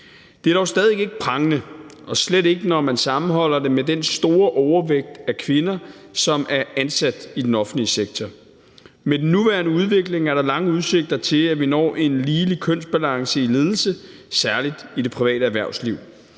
Det er dog stadig ikke prangende og slet ikke, når man sammenholder det med den store overvægt af kvinder, som er ansat i den offentlige sektor. Med den nuværende udvikling er der lange udsigter til, at vi når en ligelig kønsbalance i ledelse, særlig i det private erhvervsliv.